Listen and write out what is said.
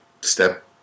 step